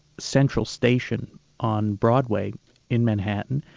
central station on broadway in manhattan,